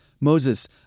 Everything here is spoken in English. Moses